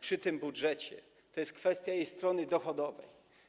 przy tym budżecie, to kwestia strony dochodowej.